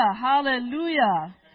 hallelujah